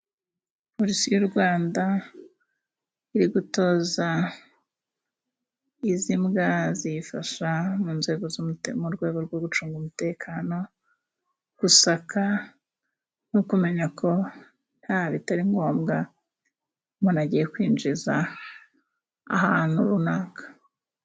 Polisi y'u Rwanda iri gutoza izi mbwa ziyifasha mu nzego z'umute, mu rwego rwo gucunga umutekano. Gusaka no kumenya ko nta bitari ngombwa, umuntu agiye kwinjiza ahantu runaka.